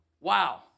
Wow